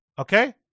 Okay